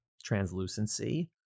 translucency